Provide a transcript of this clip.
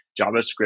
JavaScript